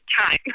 time